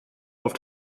auf